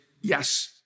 yes